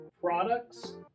products